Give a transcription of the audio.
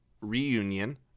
reunion